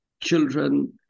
children